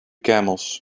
camels